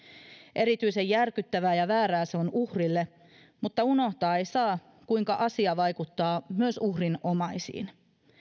erityisen järkyttävää ja väärää se on uhrille mutta unohtaa ei saa kuinka asia vaikuttaa myös uhrin omaisiin